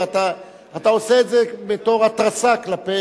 ואתה עושה את זה בתור התרסה כלפי,